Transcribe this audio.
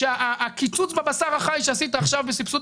שהקיצוץ בבשר החי שעשית עכשיו בסבסוד